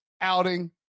outing